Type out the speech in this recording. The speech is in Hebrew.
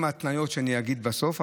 עם ההתניות שאני אגיד בסוף.